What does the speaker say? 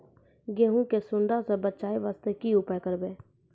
गहूम के सुंडा से बचाई वास्ते की उपाय करबै?